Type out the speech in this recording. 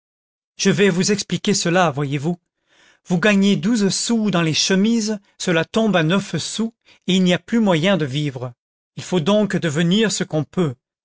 je vais vous expliquer cela voyez-vous vous gagnez douze sous dans les chemises cela tombe à neuf sous il n'y a plus moyen de vivre il faut donc devenir ce qu'on peut